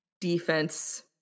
defense